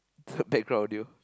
the background audio